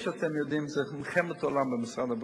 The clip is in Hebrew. שאתם יודעים שזו מלחמת עולם במשרד הבריאות.